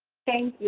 thank